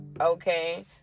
okay